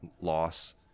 loss